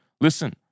Listen